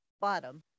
bottom